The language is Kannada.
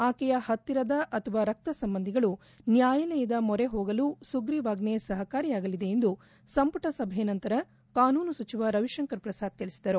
ಆಕೆಯ ಹತ್ತಿರದ ಅಥವಾ ರಕ್ತಸಂಬಂಧಿಗಳು ನ್ನಾಯಾಲಯದ ಮೊರೆ ಹೋಗಲು ಸುಗ್ರೀವಾಜ್ಞೆ ಸಹಕಾರಿಯಾಗಲಿದೆ ಎಂದು ಸಂಪುಟ ಸಭೆಯ ನಂತರ ಕಾನೂನು ಸಚಿವ ರವಿಶಂಕರ್ ಪ್ರಸಾದ್ ತಿಳಿಸಿದರು